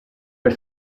per